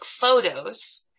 photos